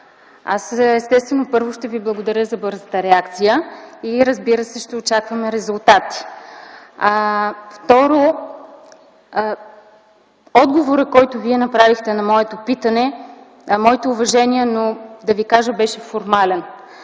аз естествено първо ще Ви благодаря за бързата реакция и, разбира се, ще очакваме резултати. Второ, отговорът, който Вие направихте на моето питане –моите уважения, но да Ви кажа, беше формален.